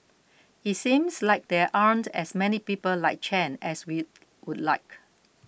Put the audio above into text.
it seems like there aren't as many people like Chen as we would like